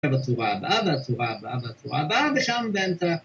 ‫בצורה הבאה, בצורה הבאה, ‫בצורה הבאה ושם באמצע.